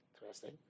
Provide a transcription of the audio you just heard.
Interesting